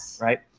right